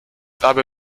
dabei